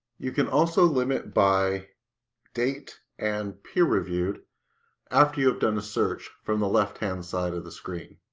you can also limit by date and peer reviewed after you have done a search from the left hand side of the screen.